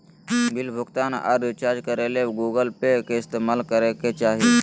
bill भुगतान आर recharge करे ले गूगल पे के इस्तेमाल करय के चाही